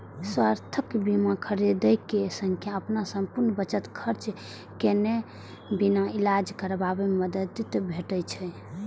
स्वास्थ्य बीमा खरीदै सं अपन संपूर्ण बचत खर्च केने बिना इलाज कराबै मे मदति भेटै छै